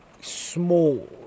small